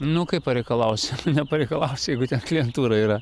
nu kaip pareikalausi nepareikalausi jeigu ten klientūra yra